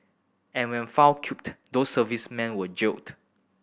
and when found cute those servicemen were jailed